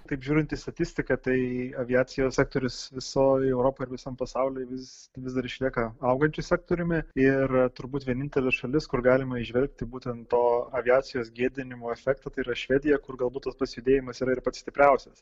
taip žiūrint į statistiką tai aviacijos sektorius visoj europoj ir visam pasaulį vis vis dar išlieka augančiu sektoriumi ir turbūt vienintelė šalis kur galima įžvelgti būtent to aviacijos gėdinimo efektą tai yra švedija kur galbūt tas pats judėjimas yra ir pats stipriausias